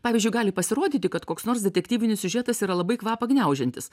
pavyzdžiui gali pasirodyti kad koks nors detektyvinis siužetas yra labai kvapą gniaužiantis